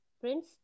prince